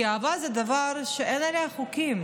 כי אהבה זה דבר שאין לו חוקים,